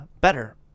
better